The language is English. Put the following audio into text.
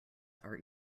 are